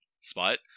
spot